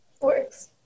Works